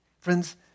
Friends